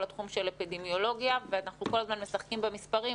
התחום של אפידמיולוגיה ואנחנו כל הזמן משחקים במספרים,